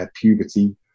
puberty